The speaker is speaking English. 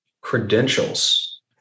credentials